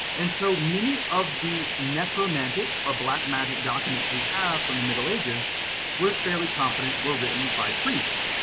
and so many of the necromantic or black magic documents we have from the middle ages we're fairly confident, were written by priests.